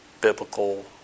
biblical